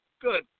Good